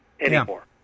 anymore